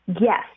Yes